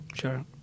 sure